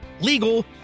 legal